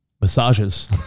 massages